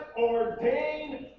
ordained